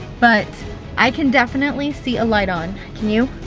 but i can definitely see a light on. can you?